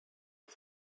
had